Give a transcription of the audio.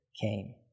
came